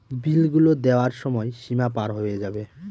বিল গুলো দেওয়ার সময় সীমা পার হয়ে যাবে